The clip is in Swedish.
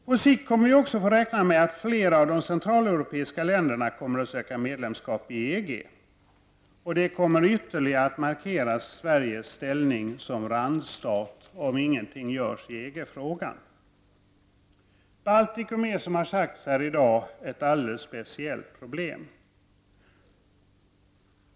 På sikt kommer vi också att få räkna med att flera av de centraleuropeiska länderna kommer att söka medlemskap i EG. Det kommer ytterligare att markera Sveriges ställning som randstat, om ingenting görs i EG-frågan. Baltikum är, som har sagts här i dag, ett alldeles speciellt problem.